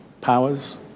powers